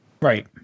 Right